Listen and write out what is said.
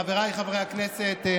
חבריי חברי הכנסת,